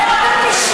תגידי מה שכתוב בחוק.